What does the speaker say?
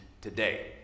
today